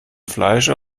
fleischer